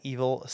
Evil